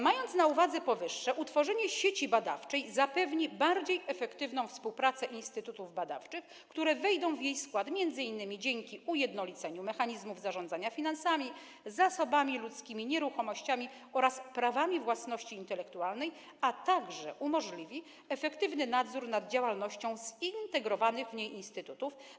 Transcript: Mając na uwadze powyższe, należy stwierdzić, że utworzenie sieci badawczej zapewni bardziej efektywną współpracę instytutów badawczych, które wejdą w jej skład, m.in. dzięki ujednoliceniu mechanizmów zarządzania finansami, zasobami ludzkimi, nieruchomościami oraz prawami własności intelektualnej, a także umożliwi efektywny nadzór nad działalnością zintegrowanych w niej instytutów.